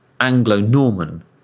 Anglo-Norman